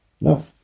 No